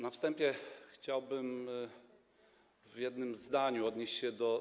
Na wstępie chciałbym w jednym zdaniu odnieść się do.